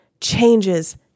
changes